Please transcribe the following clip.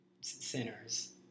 sinners